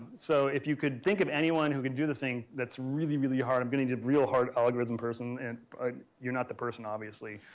so, if you could think of anyone who can do this thing that's really, really hard, i'm getting a real hard algorism person and you're not the person obviously.